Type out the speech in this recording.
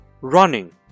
Running